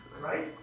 right